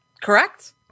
Correct